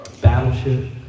Battleship